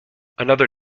another